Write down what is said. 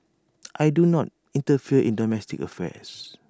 I do not interfere in domestic affairs